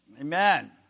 Amen